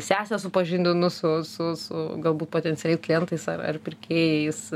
sesę supažindinu su su su galbūt potencialiais klientais ar ar pirkėjais